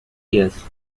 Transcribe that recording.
years